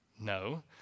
No